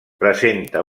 presenta